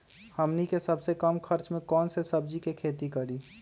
हमनी के सबसे कम खर्च में कौन से सब्जी के खेती करी?